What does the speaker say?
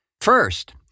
First